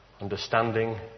understanding